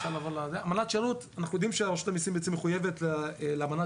אמנת שירות אנחנו יודעים שרשות המיסים מחויבת לאמנת